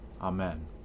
Amen